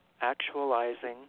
actualizing